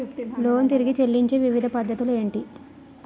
Loan తిరిగి చెల్లించే వివిధ పద్ధతులు ఏంటి?